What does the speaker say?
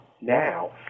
now